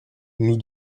nous